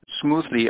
smoothly